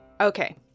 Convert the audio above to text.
Okay